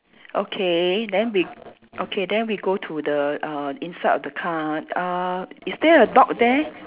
okay then we okay then we go to the err inside of the car uh is there a dog there